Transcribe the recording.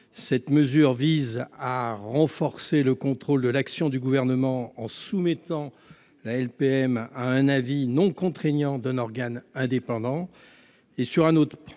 Cette mesure vise à renforcer le contrôle de l'action du Gouvernement, en soumettant la LPM à un avis non contraignant d'un organe indépendant. Nous espérons